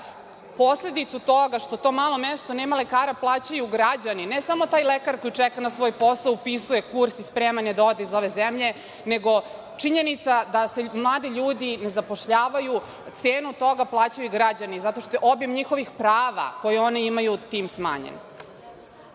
posledicu toga što to malo mesto nema lekara plaćaju ga građani. Ne samo taj lekar koji čeka na svoj posao, upisuje kurs i spreman je da ode iz ove zemlje, nego činjenica da se mladi ljudi ne zapošljavaju, cenu toga plaćaju građani, zato što je obim njihovih prava koja oni imaju tim smanjen.